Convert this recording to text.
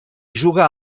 juga